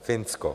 Finsko.